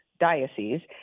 diocese